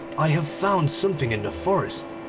i have found something in the forest,